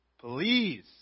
please